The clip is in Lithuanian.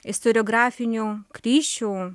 istoriografinių klišių